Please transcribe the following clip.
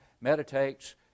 Meditates